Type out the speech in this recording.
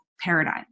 paradigm